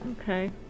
okay